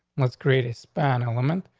let's create a span element.